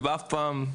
אף פעם,